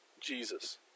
Jesus